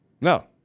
No